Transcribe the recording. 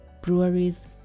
breweries